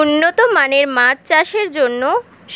উন্নত মানের মাছ চাষের জন্য